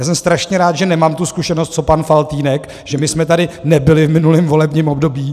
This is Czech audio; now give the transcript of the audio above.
Já jsem strašně rád, že nemám tu zkušenost, co pan Faltýnek, protože my jsme tady nebyli v minulém volebním období.